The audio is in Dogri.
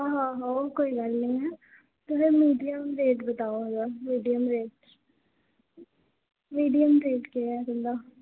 आहो आहो ओह् कोई गल्ल नि ऐ तुस मीडियम रेट बताओ मीडियम रेट मीडियम रेट केह् ऐ तुं'दा